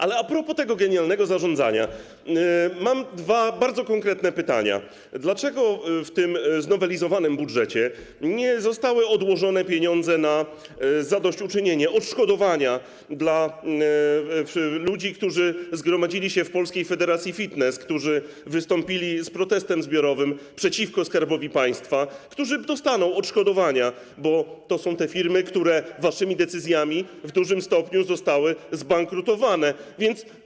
A propos tego genialnego zarządzania mam dwa bardzo konkretne pytania: Dlaczego w tym znowelizowanym budżecie nie zostały odłożone pieniądze na zadośćuczynienie, odszkodowania dla ludzi, którzy zgromadzili się w Polskiej Federacji Fitness, którzy wystąpili z protestem zbiorowym przeciwko Skarbowi Państwa, którzy dostaną odszkodowania, bo to są te firmy, które w wyniku waszych decyzji w dużym stopniu zbankrutowały?